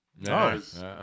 Nice